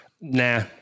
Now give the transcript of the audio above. Nah